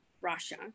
Russia